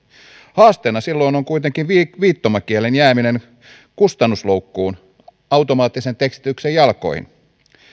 haasteena silloin on kuitenkin viittomakielen jääminen kustannusloukkuun automaattisen tekstityksen jalkoihin